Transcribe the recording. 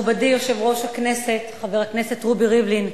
מכובדי יושב-ראש הכנסת, חבר הכנסת רובי ריבלין,